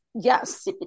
Yes